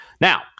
Now